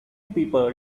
people